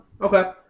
Okay